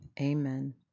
Amen